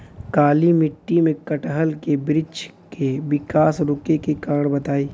काली मिट्टी में कटहल के बृच्छ के विकास रुके के कारण बताई?